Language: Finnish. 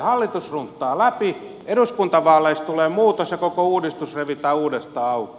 hallitus runttaa läpi eduskuntavaaleissa tulee muutos ja koko uudistus revitään uudestaan auki